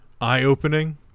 eye-opening